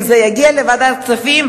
אם זה יגיע לוועדת כספים,